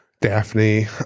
Daphne